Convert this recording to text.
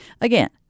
Again